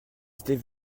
étaient